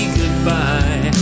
goodbye